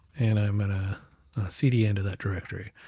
and i'm gonna cdn to that directory,